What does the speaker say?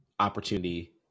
opportunity